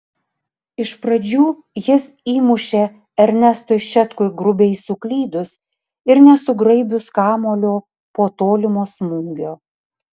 iš pradžių jis įmušė ernestui šetkui grubiai suklydus ir nesugraibius kamuolio po tolimo smūgio